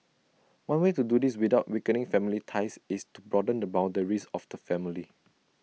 one way to do this without weakening family ties is to broaden the boundaries of the family